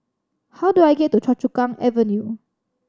how do I get to Choa Chu Kang Avenue